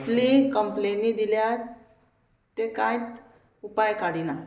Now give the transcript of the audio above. इतली कंप्लेनी दिल्यात ते कांयच उपाय काडिना